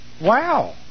Wow